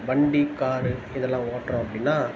வண்டி காரு இதெலாம் ஓட்டுறோம் அப்படின்னா